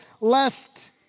lest